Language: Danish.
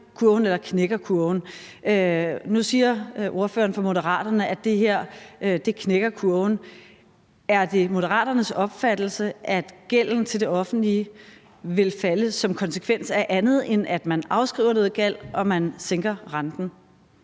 Nu siger ordføreren for Moderaterne, at det her knækker kurven. Er det Moderaternes opfattelse, at gælden til det offentlige vil falde som konsekvens af andet, end at man afskriver noget gæld og man sænker renten?